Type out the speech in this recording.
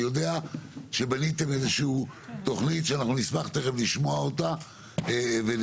אני יודע שבניתם איזושהי תוכנית שאנחנו נשמח תכף לשמוע אותה ולראות.